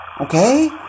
Okay